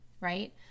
Right